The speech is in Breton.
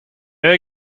eur